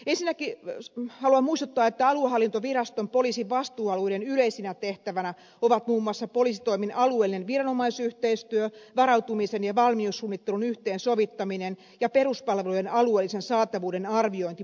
haluan muistuttaa että aluehallintoviraston poliisin vastuualueiden yleisinä tehtävinä ovat muun muassa poliisitoimen alueellinen viranomaisyhteistyö varautumisen ja valmiussuunnittelun yhteensovittaminen ja peruspalvelujen alueellisen saatavuuden arviointi poliisitoimen osalta